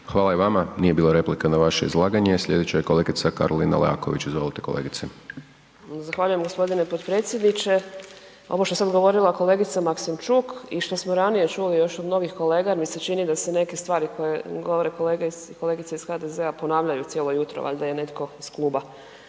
Hvala i vama. Nije bilo replika na vaše izlaganje. Sljedeća je kolegica Karolina Leaković, izvolite kolegice. **Leaković, Karolina (SDP)** Zahvaljujem g. potpredsjedniče. Ovo što je sad govorila kolegica Maksimčuk i što smo ranije čuli još od novih kolega jer mi se čini da se neke stvari koje govore kolege i kolegice iz HDZ-a ponavljaju cijelo jutro, valjda je netko iz kluba